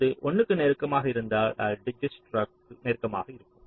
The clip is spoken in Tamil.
அல்லது இது 1 க்கு நெருக்கமாக இருந்தால் அது டிஜ்க்ஸ்ட்ராவுடன் நெருக்கமாக இருக்கும்